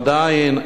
עדיין,